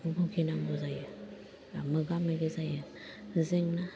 बुगिनांगौ जायो एबा मोगा मोगि जायो जेंना